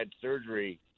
surgery